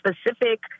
specific